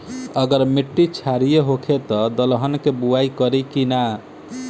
अगर मिट्टी क्षारीय होखे त दलहन के बुआई करी की न?